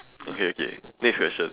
okay okay next question